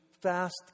fast